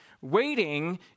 Waiting